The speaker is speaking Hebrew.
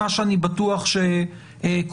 מה שאני בטוח שקורה.